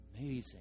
Amazing